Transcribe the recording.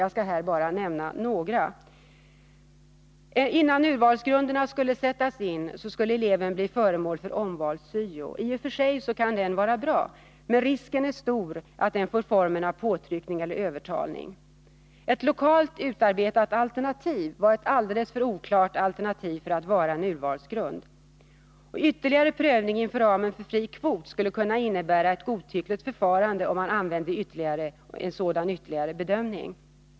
Jag skall här bara nämna några. Innan urvalsgrunderna skulle sättas in, skulle eleven bli föremål för omvals-syo. I och för sig kan en sådan vara bra, men risken är stor att den får formen av påtryckning eller övertalning. Ett lokalt utarbetat alternativ var alldeles för oklart för att vara en urvalsgrund. Ytterligare prövning inom ramen för fri kvot skulle kunna innebära ett godtyckligt förfarande, om man använde en sådan ytterligare bedömning.